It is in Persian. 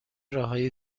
راههای